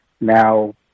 now